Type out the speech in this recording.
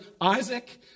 Isaac